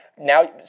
now